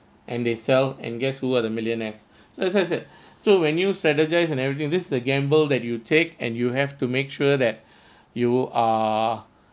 and they sell and guess who are the millionaires so that's why I said so when you strategise and everything this a gamble that you take and you have to make sure that you are